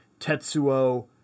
Tetsuo